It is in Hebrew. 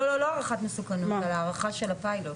לא, לא על הערכת המסוכנות, על ההארכה של הפיילוט.